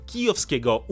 Kijowskiego